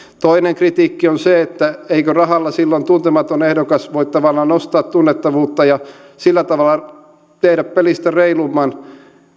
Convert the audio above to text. toinen kritiikki on se että eikö rahalla silloin tuntematon ehdokas voi tavallaan ostaa tunnettavuutta ja sillä tavalla tehdä pelistä reilumman